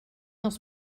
els